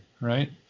right